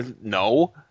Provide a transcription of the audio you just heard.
No